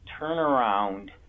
turnaround